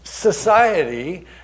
society